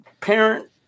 parent